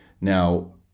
Now